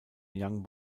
young